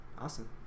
Awesome